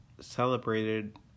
celebrated